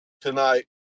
tonight